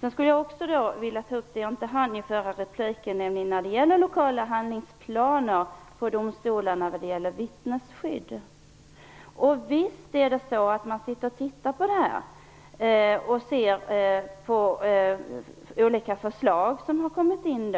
Jag skulle också vilja ta upp det jag inte hann med i den förra repliken, nämligen lokala handlingsplaner i domstolar när det gäller vittnesskydd. Visst tittar man på det här och tar del av olika förslag som har kommit in.